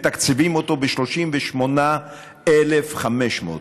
מתקציבים אותו ב-38,500 שקל,